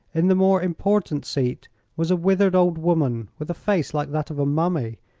in the more important seat was a withered old woman with a face like that of a mummy,